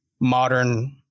modern